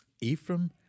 Ephraim